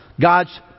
God's